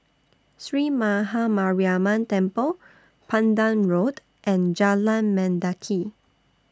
Sree Maha Mariamman Temple Pandan Road and Jalan Mendaki